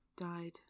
died